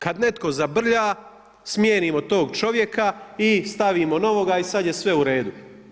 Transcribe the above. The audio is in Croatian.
Kada netko zabrlja smijenimo tog čovjeka i stavimo novoga i sada je sve uredu.